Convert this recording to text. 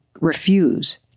refuse